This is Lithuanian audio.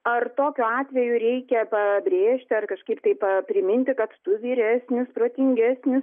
ar tokiu atveju reikia pabrėžti ar kažkaip tai pa priminti kad tu vyresnis protingesnis